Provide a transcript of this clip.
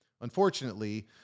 Unfortunately